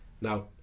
Now